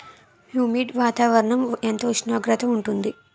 Humid వాతావరణం ఎంత ఉష్ణోగ్రత ఉంటుంది?